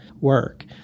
work